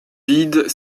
vide